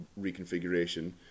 reconfiguration